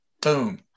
Boom